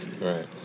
Right